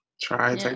try